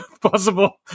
possible